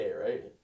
right